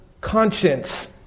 conscience